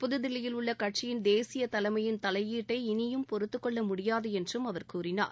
புதுதில்லியில் உள்ள கட்சியின் தேசிய தலைமையின் தலையீட்டை இனியும் பொறுத்துக்கொள்ள முடியாது என்றும் அவர் கூறினார்